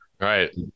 Right